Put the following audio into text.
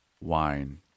wine